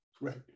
Right